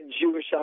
Jewish